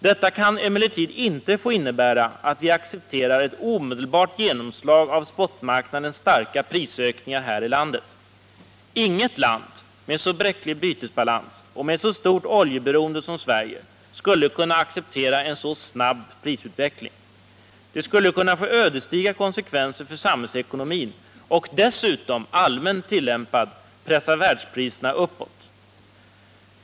Detta kan emellertid inte få innebära att vi accepterar ett omedelbart genomslag av spotmarknadens starka prisökningar här i landet. Inget land med så bräcklig bytesbalans och med ett så stort oljeberoende som Sverige skulle kunna acceptera en sådan snabb prisutveckling. Den skulle få ödesdigra konsekvenser för samhällsekonomin och dessutom — allmänt tillämpad — pressa världspriserna uppåt.